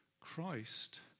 Christ